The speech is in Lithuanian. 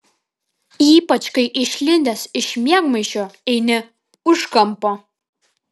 ypač kai išlindęs iš miegmaišio eini už kampo